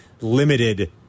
limited –